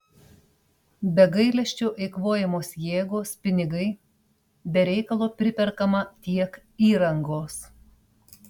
be gailesčio eikvojamos jėgos pinigai be reikalo priperkama tiek įrangos